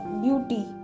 beauty